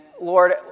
Lord